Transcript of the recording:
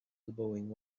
elbowing